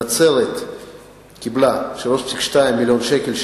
נצרת קיבלה 3.2 מיליוני שקלים,